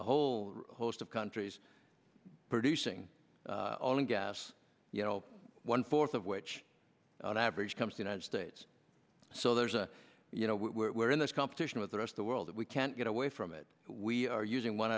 a whole host of countries producing only gas you know one fourth of which on average comes the united states so there's a you know we're in this competition with the rest the world that we can't get away from it we are using one